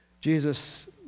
jesus